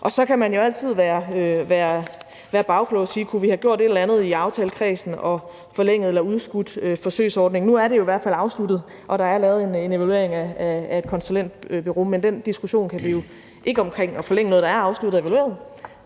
Så kan man jo altid være bagklog og sige: Kunne vi have gjort et eller andet i aftalekredsen og forlænget eller udskudt forsøgsordningen? Nu er det i hvert fald afsluttet, og der er lavet en evaluering af et konsulentbureau. Den diskussion skal vi jo ikke omkring, altså at forlænge noget, der er afsluttet og evalueret,